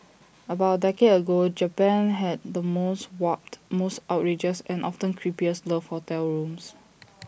about A decade ago Japan had the most warped most outrageous and often creepiest love hotel rooms